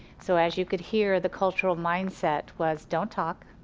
so as you could hear, the cultural mindset was don't talk,